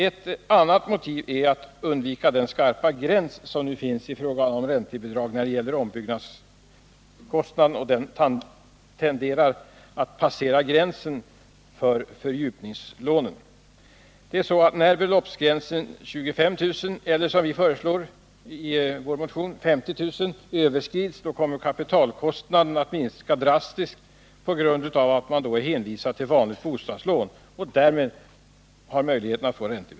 Ett annat motiv är att vi vill undvika den skarpa gräns som nu finns i fråga om räntebidrag när ombyggnadskostnaden tenderar att passera gränsen för fördjupningslånen. När beloppsgränsen 25 000 kr. — eller som vi föreslår 50 000 kr. — överskrids kommer kapitalkostnaden att minska drastiskt på grund av att man då är hänvisad till vanligt bostadslån och därmed får räntebidrag.